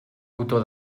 botó